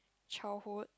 childhood